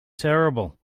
terrible